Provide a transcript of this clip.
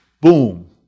Boom